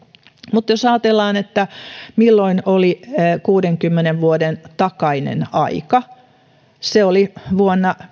mutta jos ajatellaan milloin oli kuudenkymmenen vuoden takainen aika niin se oli vuonna